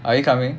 are you coming